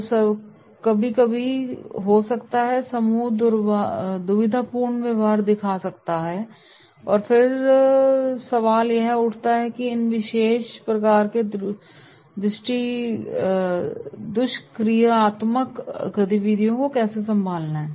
तो कभी कभी हो सकता है कि समूह दुविधापूर्ण व्यवहार दिखा सकता है और फिर सवाल यह उठता है कि इन विशेष प्रकार की दुष्क्रियात्मक गतिविधियों को कैसे संभालना है